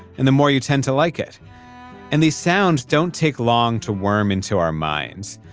and the more you tend to like it and these sounds don't take long to worm into our minds.